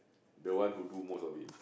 the one who do most of it